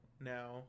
now